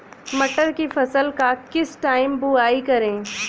मटर की फसल का किस टाइम बुवाई करें?